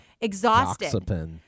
exhausted